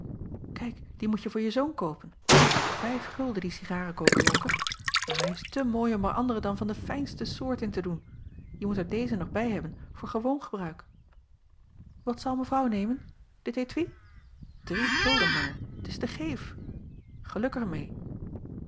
laasje evenster delen moetje voor je zoon koopen ijf gulden die cigarekoker onker maar hij is te mooi om er andere dan van de fijnste soort in te doen je moet er dezen nog bij hebben voor gewoon gebruik at zal evrouw nemen it étui rie gulden maar t is te geef eluk er